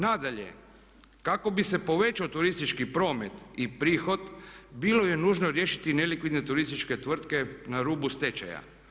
Nadalje, kao bi se povećao turistički promet i prihod bilo je nužno riješiti nelikvidne turističke tvrtke na rubu stečaja.